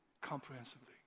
comprehensively